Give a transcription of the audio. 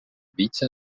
více